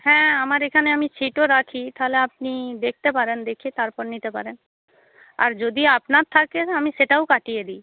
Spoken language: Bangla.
হ্যাঁ আমার এখানে আমি ছিটও রাখি তাহলে আপনি দেখতে পারেন দেখে তারপর নিতে পারেন আর যদি আপনার থাকে আমি সেটাও কাটিয়ে দিই